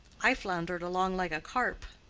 i floundered along like a carp.